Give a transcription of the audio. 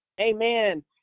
amen